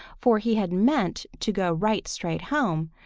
for he had meant to go right straight home,